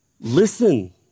Listen